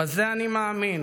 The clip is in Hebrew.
בזה אני מאמין.